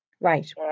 Right